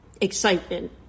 excitement